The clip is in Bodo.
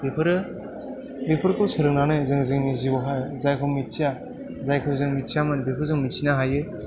बेफोरो बेफोरखौ सोलोंनानै जों जोंनि जिउआवहाय जायखौ मिथिया जायखौ जों मिथियामोन बेखौ जों मिथिनो हायो